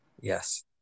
yes